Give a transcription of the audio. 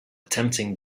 attempting